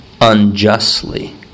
unjustly